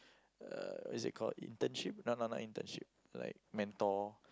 uh what's it called internship no no not internship like mentor